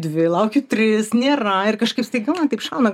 dvi laukiu tris nėra ir kažkaip staiga man taip šauna